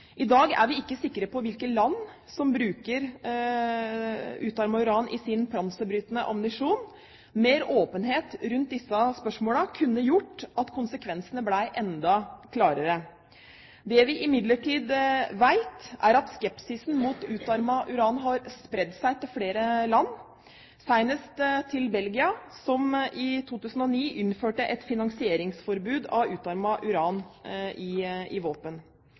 I dag er vi ikke sikre på hvilke land som bruker utarmet uran i sin panserbrytende ammunisjon. Mer åpenhet rundt disse spørsmålene kunne gjort at konsekvensene ble enda klarere. Det vi imidlertid vet, er at skepsisen mot utarmet uran har spredd seg til flere land, senest til Belgia, som i 2009 innførte et finansieringsforbud for utarmet uran i våpen.